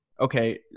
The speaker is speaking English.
okay